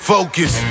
Focus